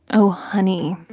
oh, honey,